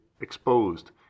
exposed